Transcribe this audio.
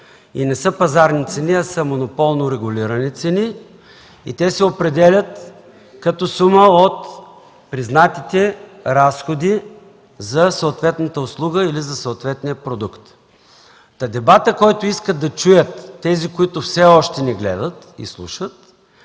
Те не са пазарни цени, а са монополно регулирани цени и се определят като сума от признатите разходи за съответната услуга или за съответния продукт. Дебатът, който искат да чуят тези, които все още ни гледат и слушат,